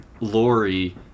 Lori